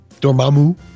Dormammu